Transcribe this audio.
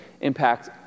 impact